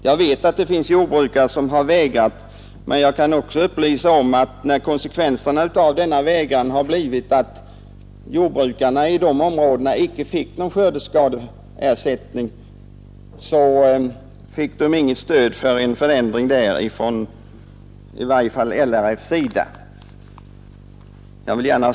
Jag vet att det finns jordbrukare som har vägrat att ställa provytor till förfogande, men när konsekvensen av denna vägran blivit att jordbrukarna i de områdena icke fått någon skördeskadeersättning har de inte fått något stöd, i varje fall inte från LRF.